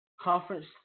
conference